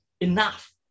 enough